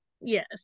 yes